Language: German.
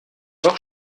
doch